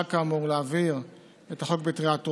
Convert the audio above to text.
כאמור להעביר את החוק בקריאה טרומית.